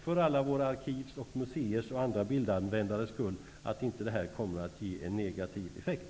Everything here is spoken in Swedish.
För alla våra arkiv, museer och andra bildanvändares skull hoppas jag att detta inte kommer att ge en negativ effekt.